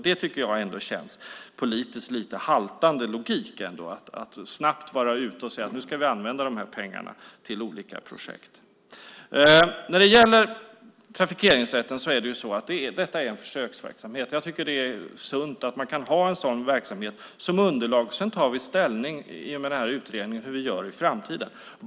Det känns som politiskt lite haltande logik att snabbt säga att pengarna ska användas till olika projekt. Sedan var det frågan om trafikeringsrätten. Detta är en försöksverksamhet. Det är sunt att man kan ha en sådan verksamhet som underlag. Sedan tar vi i och med utredningen ställning för hur vi gör i framtiden.